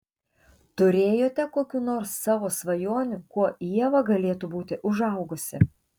turėjote kokių nors savo svajonių kuo ieva galėtų būti užaugusi